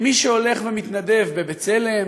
מי שהולך ומתנדב ב"בצלם"